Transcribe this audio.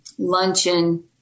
Luncheon